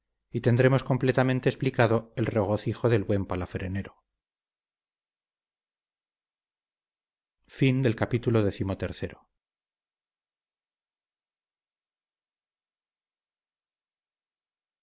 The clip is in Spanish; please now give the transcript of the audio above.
y tendremos completamente explicado el regocijo del buen palafrenero